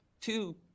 two